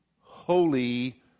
holy